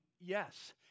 yes